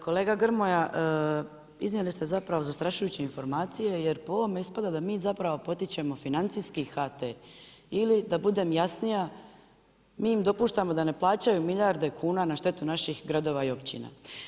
Kolega Grmoja, iznijeli ste zapravo zastrašujuće informacije jer po ovome ispada da mi zapravo potičemo financijski HT ili da budem jasnija, mi im dopuštamo da ne plaćaju milijarde kuna na štetu naših gradova i općina.